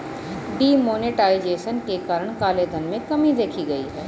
D monetization के कारण काले धन में कमी देखी गई